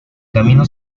camino